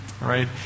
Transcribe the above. right